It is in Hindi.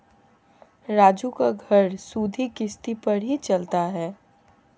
राजू का घर सुधि किश्ती पर ही चलता है